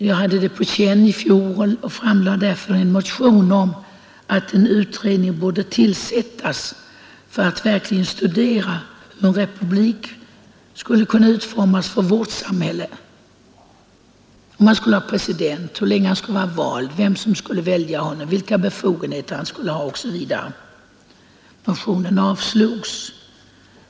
Jag hade det på känn i fjol och framlade därför en motion om att en utredning borde tillsättas för att verkligen studera hur en republik skulle kunna utformas för vårt samhälle — om man skulle ha president, för hur lång tid han skulle väljas, vem som skulle välja honom, vilka befogenheter han skulle ha, osv. Motionen avslogs.